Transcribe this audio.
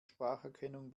spracherkennung